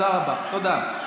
תודה רבה.